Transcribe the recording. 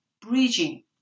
bridging